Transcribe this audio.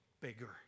bigger